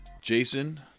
Jason